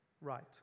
right